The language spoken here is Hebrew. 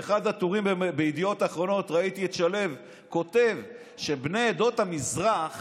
באחד הטורים בידיעות אחרונות ראיתי את שלו כותב שבני עדות המזרח